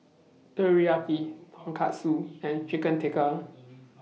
Teriyaki Tonkatsu and Chicken Tikka